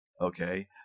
Okay